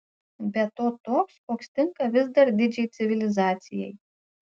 be to toks koks tinka vis dar didžiai civilizacijai